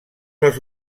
les